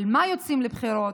על מה יוצאים לבחירות,